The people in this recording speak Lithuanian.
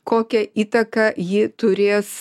kokią įtaką ji turės